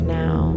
now